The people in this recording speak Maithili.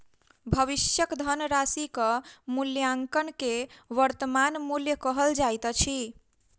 भविष्यक धनराशिक मूल्याङकन के वर्त्तमान मूल्य कहल जाइत अछि